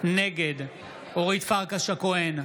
נגד אורית פרקש הכהן,